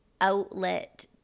outlet